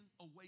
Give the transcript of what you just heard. away